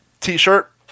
t-shirt